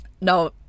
no